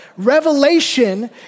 Revelation